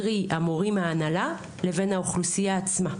קרי המורים וההנהלה, לבין האוכלוסיה עצמה.